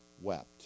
wept